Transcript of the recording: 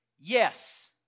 Yes